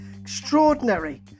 extraordinary